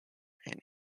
and